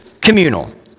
communal